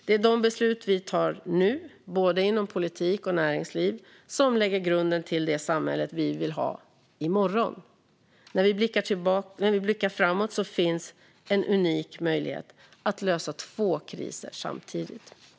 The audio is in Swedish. Det är de beslut vi tar nu, både inom politik och näringsliv, som lägger grunden för det samhälle vi vill ha i morgon. När vi blickar framåt finns en unik möjlighet att lösa två kriser samtidigt.